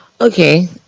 Okay